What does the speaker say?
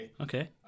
Okay